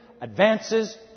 Advances